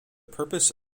purpose